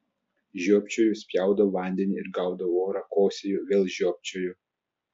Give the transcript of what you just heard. žiopčioju spjaudau vandenį ir gaudau orą kosėju vėl žiopčioju